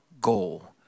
goal